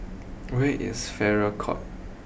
where is Farrer court